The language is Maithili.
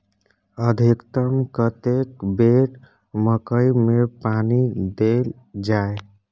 अधिकतम कतेक बेर मकई मे पानी देल जाय?